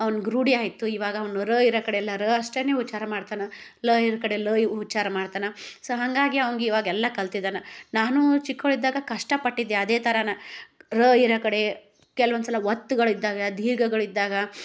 ಅವನ್ಗೆ ರೂಢಿ ಆಯಿತು ಇವಾಗ ಅವನು ರ ಇರೋ ಕಡೆ ಎಲ್ಲಾ ರ ಅಷ್ಟೆನೇ ಉಚ್ಛಾರ ಮಾಡ್ತಾನೆ ಲ ಇರು ಕಡೆ ಲ ಯು ಉಚ್ಛಾರ ಮಾಡ್ತಾನೆ ಸೊ ಹಾಗಾಗಿ ಅವಂಗೆ ಇವಾಗೆಲ್ಲ ಕಲ್ತಿದ್ದಾನೆ ನಾನು ಚಿಕ್ಕವಳಿದ್ದಾಗ ಕಷ್ಟಪಟ್ಟಿದ್ದೆ ಅದೇ ಥರನ ರ ಇರೋ ಕಡೆ ಕೆಲವೊಂದ್ಸಲ ಒತ್ತುಗಳಿದ್ದಾಗ ಧೀರ್ಘಗಳಿದ್ದಾಗ